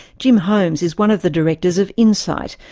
jim holmes is one of the directors of incyte,